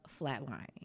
flatlining